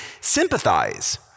sympathize